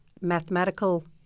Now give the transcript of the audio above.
mathematical